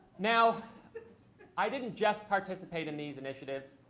now i didn't just participate in these initiatives.